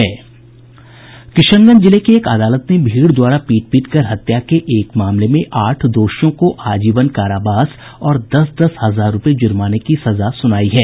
किशनगंज जिले की एक अदालत ने भीड़ द्वारा पीट पीटकर हत्या के एक मामले में आठ दोषियों को आजीवन कारावास और दस दस हजार रूपये जुर्माने की सजा सुनायी है